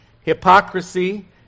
hypocrisy